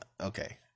Okay